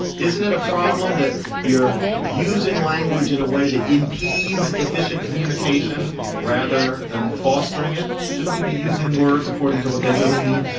isn't it a problem that you're using language in a way that impedes efficient communication rather than fostering it? shouldn't we be using words according to what they really mean?